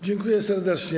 Dziękuję serdecznie.